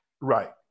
Right